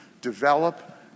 develop